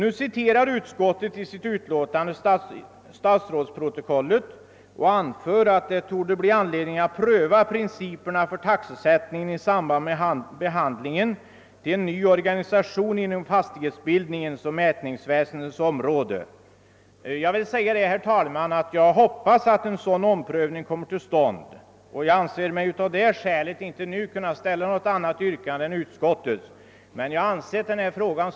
Utskottet citerar i sitt utlåtande statsrådsprotokollet och anför att det torde bli anledning att pröva principerna för taxesättningen i samband med behandlingen av frågan om en ny organisation inom fastighetsbildningens och mätningsväsendets område. Jag hoppas att en sådan omprövning kommer till stånd. Jag anser mig av det skälet inte nu kunna ställa något annat yrkande än om bifall till utskottets hemställan.